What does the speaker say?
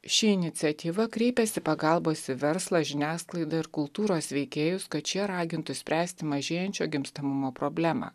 ši iniciatyva kreipėsi pagalbos į verslą žiniasklaidą ir kultūros veikėjus kad šie ragintų spręsti mažėjančio gimstamumo problemą